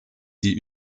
die